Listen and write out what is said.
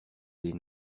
des